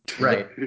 Right